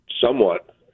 somewhat